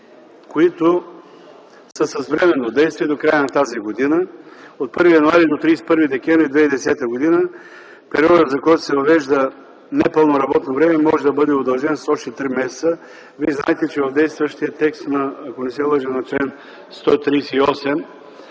които са с временно действие до края на тази година – от 1 януари до 31 декември 2010 г. Периодът за който се въвежда непълно работно време може да бъде удължен с още три месеца. Вие знаете, че в действащия текст, ако не се лъжа, на чл. 138